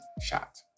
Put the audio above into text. shot